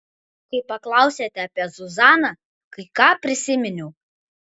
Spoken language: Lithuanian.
kai paklausėte apie zuzaną kai ką prisiminiau